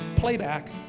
Playback